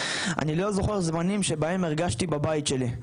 אני לא זוכר זמנים שבהם הרגשתי בבית שלי,